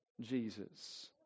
Jesus